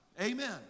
Amen